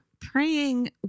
praying